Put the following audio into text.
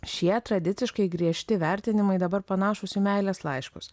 šie tradiciškai griežti vertinimai dabar panašūs į meilės laiškus